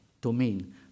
domain